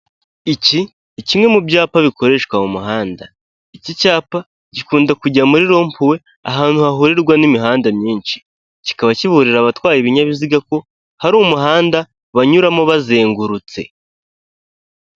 Iki kimwe mu byapa bikoreshwa mu muhanda, iki cyapa gikunda kujya muri ropuwe ahantu hahurirwa n'imihanda myinshi kikaba kiburira abatwaye ibinyabiziga ko hari umuhanda banyuramo bazengurutse.